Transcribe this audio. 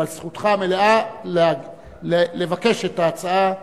אבל זכותך המלאה לבקש את ההצעה.